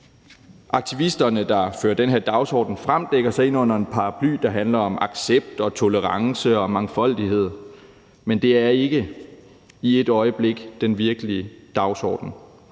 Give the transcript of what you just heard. Aktivisterne, der fører den her dagsorden frem, dækker sig ind under en paraply, der handler om accept og tolerance og mangfoldighed, men det er ikke et øjeblik den virkelige dagsorden.